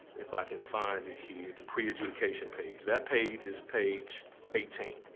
if i can find it here, the pre-adjudication page that page is page eighteen.